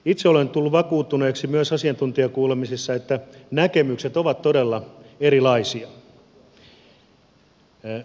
itse olen tullut vakuuttuneeksi myös asiantuntijakuulemisissa että näkemykset ovat todella erilaisia